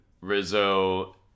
Rizzo